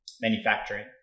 manufacturing